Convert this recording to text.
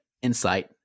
Insight